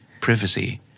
Privacy